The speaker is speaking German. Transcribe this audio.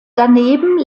daneben